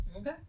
Okay